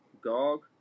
Gog